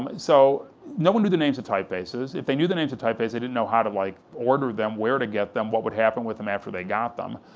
um so no one knew the names of typefaces, if they knew the names of typefaces, they didn't know how to like order them, where to get them, what would happen with them after they got them,